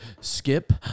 skip